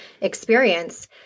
experience